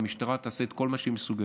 והמשטרה תעשה את כל מה שהיא מסוגלת.